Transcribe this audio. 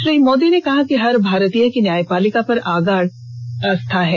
श्री मोदी ने कहा कि हर भारतीय की न्यायपालिका पर प्रागाढ़ आस्था है